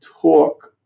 talk